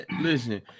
Listen